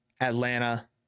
Atlanta